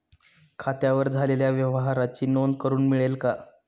खात्यावर झालेल्या व्यवहाराची नोंद करून मिळेल का?